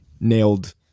nailed